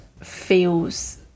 feels